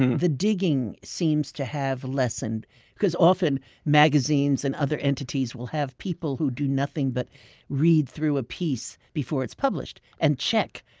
the digging seems to have lessened because often magazines and other entities will have people who do nothing but read through a piece before it's published, and check,